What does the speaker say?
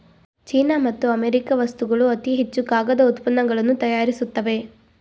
China ಮತ್ತು America ವಸ್ತುಗಳು ಅತಿ ಹೆಚ್ಚು ಕಾಗದ ಉತ್ಪನ್ನಗಳನ್ನು ತಯಾರಿಸುತ್ತವೆ